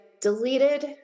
deleted